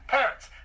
Parents